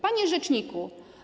Panie Rzeczniku!